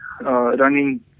running